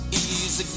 easy